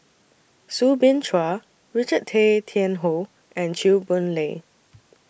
Soo Bin Chua Richard Tay Tian Hoe and Chew Boon Lay